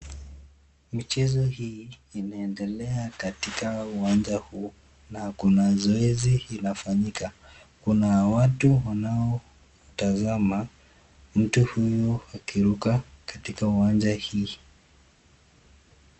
Mchezo hii inaendelea katika uwanja huu na kuna zoezi inafanyika. Kuna watu wanaotazama mtu huyu akiruka katika uwanja hii.